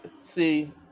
See